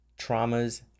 traumas